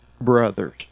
brothers